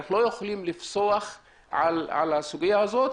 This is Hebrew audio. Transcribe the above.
אי אפשר לפסוח על הסוגיה הזו,